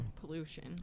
Pollution